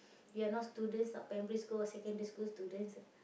we are not students not primary school or secondary school students